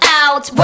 out